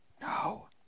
No